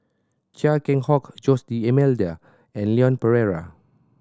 Chia Keng Hock Jose D'Almeida and Leon Perera